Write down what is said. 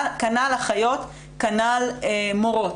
כנ"ל אחיות, כנ"ל מורות.